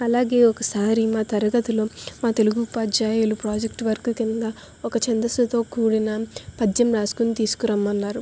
అలాగే ఒకసారి మా తరగతిలో మా తెలుగు ఉపాధ్యాయులు ప్రాజెక్టు వర్క్ క్రింద ఒక చందస్సుతో కూడిన పద్యం రాసుకుని తీసుకురమ్మన్నారు